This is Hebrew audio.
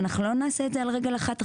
אנחנו לא נעשה את זה על רגל אחת עכשיו.